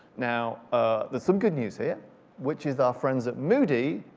now ah there's some good news here which is our friends at moody,